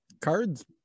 cards